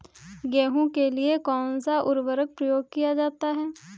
गेहूँ के लिए कौनसा उर्वरक प्रयोग किया जाता है?